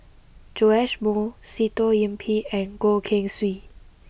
Joash Moo Sitoh Yih Pin and Goh Keng Swee